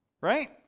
Right